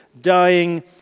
dying